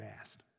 asked